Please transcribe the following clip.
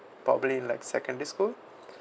probably like secondary school